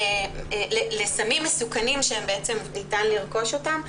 סמים מסוכנים שניתן לרכוש אותם.